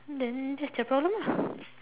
then that's their problem lah